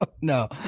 No